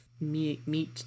meat